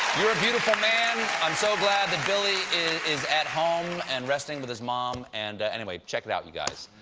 you're a beautiful man. i'm so glad that billy is at home and resting with his mom and anyway, check it out, you guys.